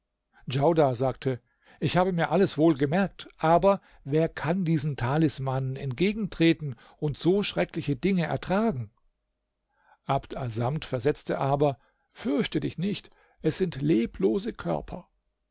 djaudar sagte ich habe mir alles wohl gemerkt aber wer kann diesen talismanen entgegentreten und so schreckliche dinge ertragen abd assamd versetzte aber fürchte dich nicht es sind leblose körper